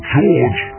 George